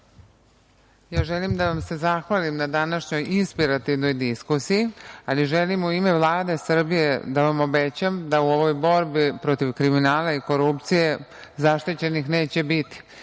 Želim da vam se zahvalim na današnjoj inspirativnoj diskusiji, ali želim u ime Vlade Srbije da vam obećam u ovoj borbi protiv kriminala i korupcije zaštićenih neće biti. Kao